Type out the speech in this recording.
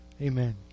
Amen